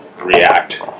react